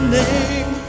name